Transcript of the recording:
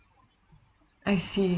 I see